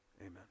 Amen